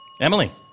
Emily